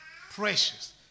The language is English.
precious